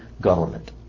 government